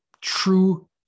true